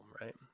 right